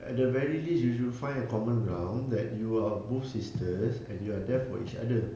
at the very least you should find a common ground that you are both sisters and you are there for each other